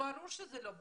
ברור שזה לא בריא,